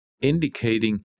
indicating